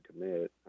commit